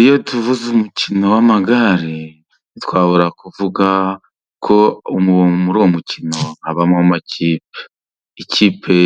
Iyo tuvuze umukino w'amagare, ntitwabura kuvuga ko muri uwo mukino haba mo ikipe. Ikipe